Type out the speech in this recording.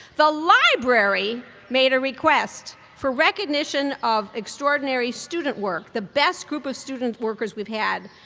the library made a request for recognition of extraordinary student work, the best group of students workers we've had,